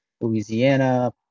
Louisiana